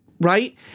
right